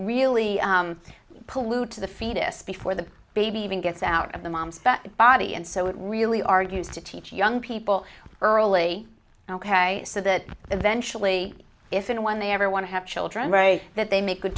really pollute to the fetus before the baby even gets out of the mom's body and so it really argues to teach young people early so that eventually if and when they ever want to have children re that they make good